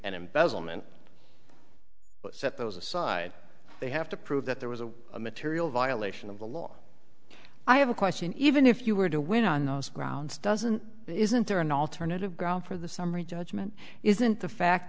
and embezzlement set those aside they have to prove that there was a material violation of the law i have a question even if you were to win on those grounds doesn't isn't there an alternative ground for the summary judgment isn't the fact